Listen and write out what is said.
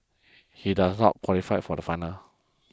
he does not qualify for the final